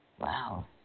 wow